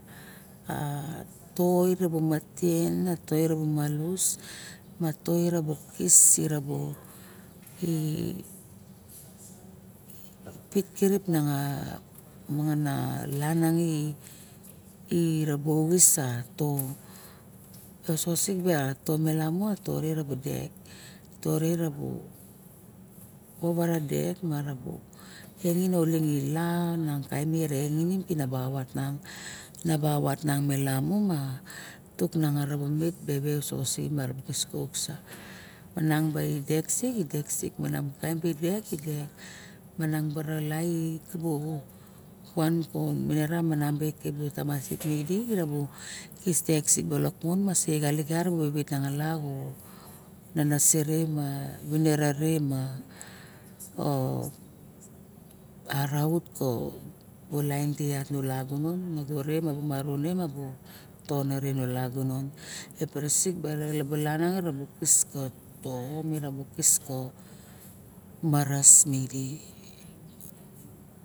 A toit, rabu matien a toit abu malus ma toit era bu kis irabo i pit kiripa miangan a langa i bubu uxis a to me re dek arabo tenengin e la mo kaim me re dek kiningin i bina wa naba wat lamu ma bina vat nangi lamu bubu wewe isixit mararab kis uk manang ba dek sik manang ma taem mini mong mana mong kara laeng de wan ko vinira mo kibu tamasik ke me idi ikis dek salok mon ma sienga sigar i vet monga la mo nanesa re ma vinira ma kao araut ko ulaen mo ko ulagunon ma bu nago re mabu maro e tone rixen a lagunan buru sek ibu langa ibu kis to maras ma idi.